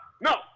no